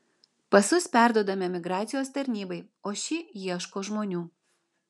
pasus perduodame migracijos tarnybai o ši ieško žmonių